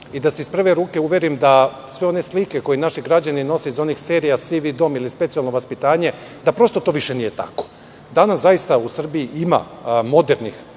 i da se iz prve ruke uverim da sve one slike koje naši građani nose iz onih serija "Sivi dom" ili "Specijalno vaspitanje", da prosto to više nije tako. Danas zaista u Srbiji ima modernih